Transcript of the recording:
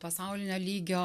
pasaulinio lygio